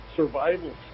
Survival